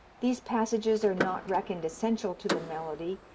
these passages are not reckoned essential to the melody,